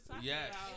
Yes